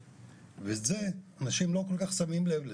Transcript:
אני פשוט אצטרך לאשפז את עצמי בבית